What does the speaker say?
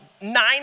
nine